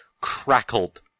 crackled